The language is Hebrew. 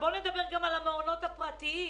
בואו נדבר על המעונות הפרטיים.